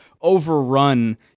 overrun